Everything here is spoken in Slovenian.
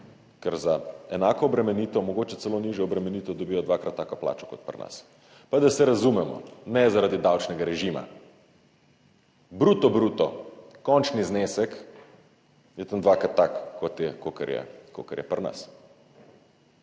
ker za enako obremenitev, mogoče celo nižjo obremenitev dobijo dvakrat tako plačo kot pri nas. Pa, da se razumemo, ne zaradi davčnega režima, bruto, bruto, končni znesek je tam dvakrat tak kakor je pri nas.